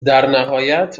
درنهایت